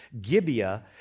Gibeah